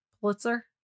Pulitzer